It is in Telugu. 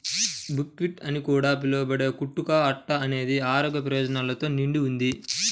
బుక్వీట్ అని కూడా పిలవబడే కుట్టు కా అట్ట అనేది ఆరోగ్య ప్రయోజనాలతో నిండి ఉంది